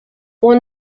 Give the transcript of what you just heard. when